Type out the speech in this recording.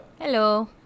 hello